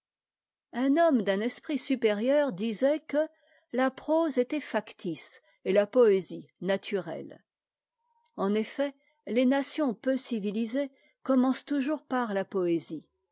un homme d'un esprit supérieur disait que la prose était factice et la poésie ma e e en effet les nations peu civilisées commencent toujours par la poésie